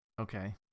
okay